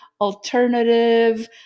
alternative